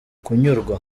kunyurwa